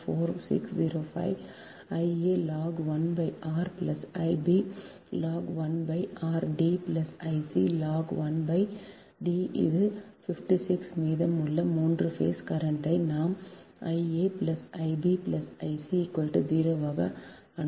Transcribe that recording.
4605 Ia log 1 r I b log 1 r D I c log 1 D அது 56 மீதம் முள்ள 3 phase current ஐ நாம் I a I b I c 0 ஆக அனுமானிக்கிறோம்